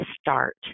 start